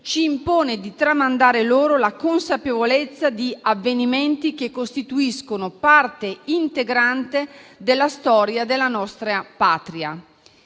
ci impone di tramandare loro la consapevolezza di avvenimenti che costituiscono parte integrante della storia della nostra patria».